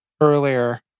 earlier